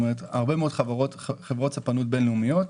יש הרבה מאוד חברות ספנות בין-לאומיות.